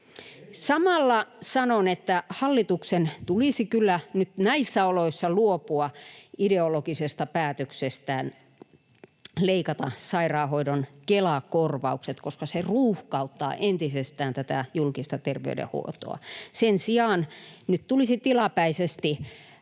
Samalla sanon, että hallituksen tulisi kyllä nyt näissä oloissa luopua ideologisesta päätöksestään leikata sairaanhoidon Kela-korvaukset, koska se ruuhkauttaa entisestään tätä julkista terveydenhuoltoa. Sen sijaan nyt tulisi tilapäisesti